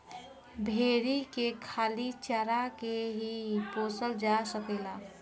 भेरी के खाली चारा के ही पोसल जा सकेला